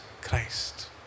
Christ